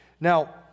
Now